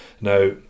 Now